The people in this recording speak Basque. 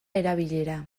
erabilera